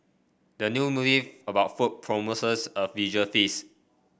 the new movie about food promises a visual feast